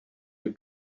you